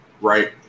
right